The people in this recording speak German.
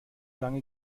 lange